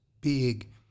big